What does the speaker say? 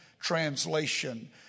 translation